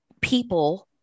people